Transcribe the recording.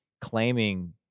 claiming